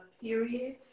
period